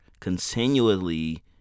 continually